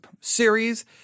series